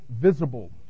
visible